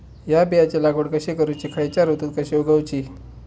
हया बियाची लागवड कशी करूची खैयच्य ऋतुत कशी उगउची?